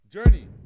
Journey